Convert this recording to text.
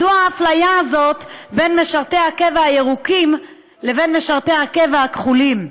מדוע האפליה הזאת בין משרתי הקבע הירוקים לבין משרתי הקבע הכחולים?